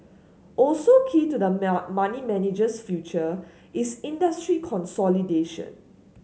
also key to the money manager's future is industry consolidation